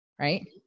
Right